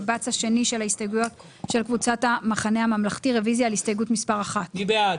9. מי בעד,